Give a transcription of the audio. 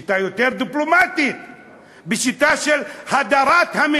בשיטה יותר דיפלומטית,